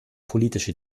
politische